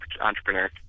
entrepreneur